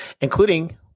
including